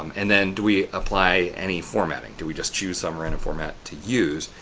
um and then, do we apply any formatting? do we just choose some random format to use?